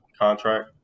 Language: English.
contract